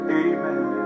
amen